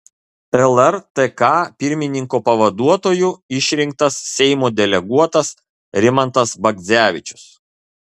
lrtk pirmininko pavaduotoju išrinktas seimo deleguotas rimantas bagdzevičius